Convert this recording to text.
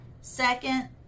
second